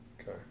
Okay